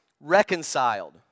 reconciled